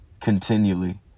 continually